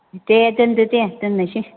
दे दोनदो दे दोननायसै